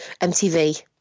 MTV